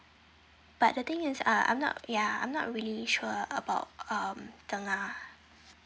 but the thing is uh I'm not ya I'm not really sure about um tengah